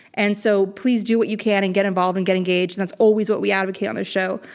and so please do what you can and get involved and get engaged that's always what we advocate on the show.